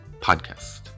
podcast